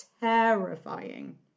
terrifying